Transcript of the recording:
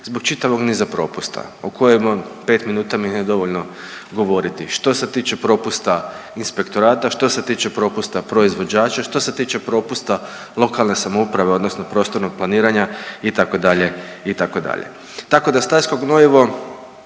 zbog čitavog niza propusta o kojima 5 minuta mi nije dovoljno govoriti, što se tiče propusta inspektorata, što se tiče propusta proizvođača, što se tiče propusta lokalne samouprave odnosno prostornog planiranja itd., itd.. Tako da stajsko gnojivo,